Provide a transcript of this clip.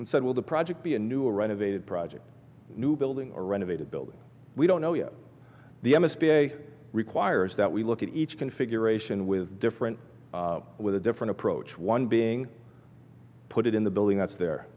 and said well the project be a new renovated project new building or renovated building we don't know yet the s b a requires that we look at each configuration with different with a different approach one being put it in the building that's the